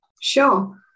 Sure